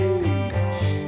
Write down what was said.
age